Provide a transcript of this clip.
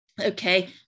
Okay